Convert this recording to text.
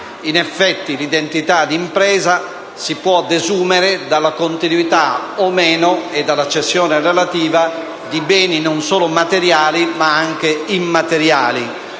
In effetti, l'identità d'impresa si può desumere dalla continuità o meno - e dalla cessione relativa - di beni non solo materiali, ma anche immateriali.